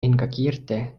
engagierte